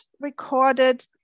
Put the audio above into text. recorded